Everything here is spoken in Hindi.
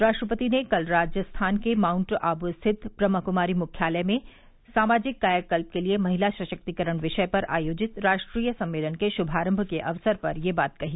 राष्ट्रपति ने कल राजस्थान के माउंट आव् स्थित ब्रह्माकुमारी मुख्यालय में सामाजिक कायाकल्प के लिए महिला सशक्तीकरण विषय पर आयोजित राष्ट्रीय सम्मेलन के शुभारंभ के अवसर पर यह बात कही